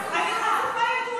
את חצופה.